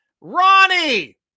Ronnie